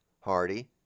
Hardy